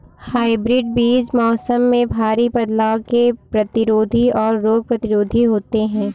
hybrid बीज मौसम में भारी बदलाव के प्रतिरोधी और रोग प्रतिरोधी होते हैं